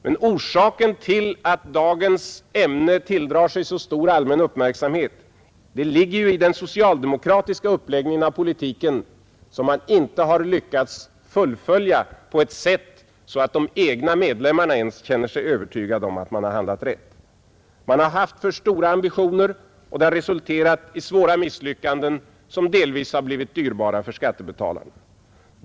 Men orsaken till att dagens ämne tilldrar sig så stor allmän uppmärksamhet ligger ju i den socialdemokratiska uppläggningen av politiken som man inte har lyckats fullfölja på ett sådant sätt att ens de egna medlemmarna känner sig övertygade om att man har handlat rätt. Man har haft för stora ambitioner, och det har resulterat i svåra misslyckanden som delvis har blivit dyrbara för skattebetalarna.